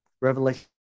Revelation